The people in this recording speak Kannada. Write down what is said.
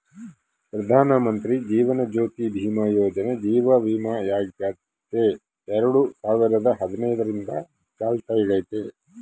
ಪ್ರಧಾನಮಂತ್ರಿ ಜೀವನ ಜ್ಯೋತಿ ಭೀಮಾ ಯೋಜನೆ ಜೀವ ವಿಮೆಯಾಗೆತೆ ಎರಡು ಸಾವಿರದ ಹದಿನೈದರಿಂದ ಚಾಲ್ತ್ಯಾಗೈತೆ